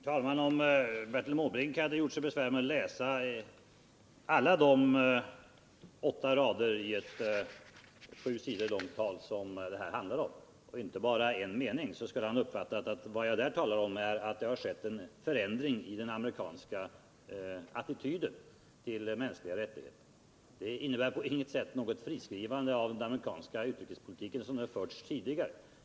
Herr talman! Om Bertil Måbrink hade gjort sig besvär med att läsa alla de åtta rader i ett sju sidor långt tal som det här handlar om och inte bara en mening skulle han ha uppfattat att vad jag där talade om är att det har skett en förändring i den amerikanska attityden till mänskliga rättigheter. Det innebär på inget sätt något friskrivande av den amerikanska utrikespolitiken som den förts tidigare.